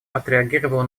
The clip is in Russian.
отреагировала